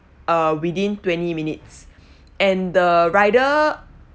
uh within twenty minutes and the rider